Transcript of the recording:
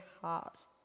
heart